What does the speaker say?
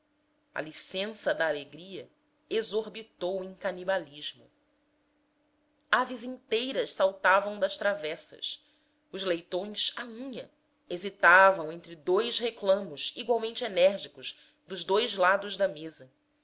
a licença da alegria exorbitou em canibalismo aves inteiras saltavam das travessas os leitões à unha hesitavam entre dois reclamos igualmente enérgicos dos dois lados da mesa